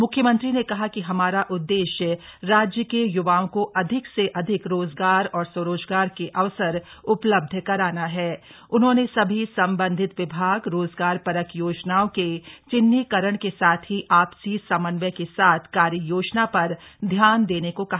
मुख्यमंत्री ने कहा कि हमारा उददेश्य राज्य के य्वाओं को अधिक से अधिक रोजगार औरस्वरोजगार के अवसर उपलब्ध कराना हा उन्होंने सभी सम्बन्धित विभाग रोजगार परक योजनाओं के चिन्हीकरण के साथ ही आपसी समन्वय के साथ कार्ययोजना पर ध्यान देने को कहा